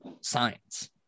science